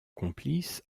complice